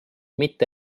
mitte